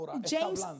James